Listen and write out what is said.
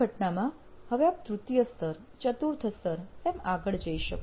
આ ઘટનામાં હવે આપ ત્તૃતીયા સ્તર ચતુર્થ સ્તર એમ આગળ જઈ શકો